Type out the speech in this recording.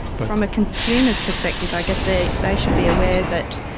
but from a consumer's perspective i guess they they should be aware that